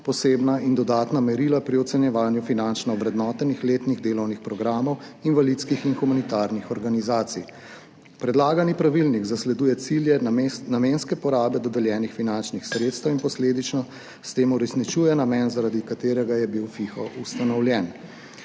posebna in dodatna merila pri ocenjevanju finančno ovrednotenih letnih delovnih programov invalidskih in humanitarnih organizacij. Predlagani pravilnik zasleduje cilje namenske porabe dodeljenih finančnih sredstev in posledično s tem uresničuje namen, zaradi katerega je bil FIHO ustanovljen,